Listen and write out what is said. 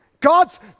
God's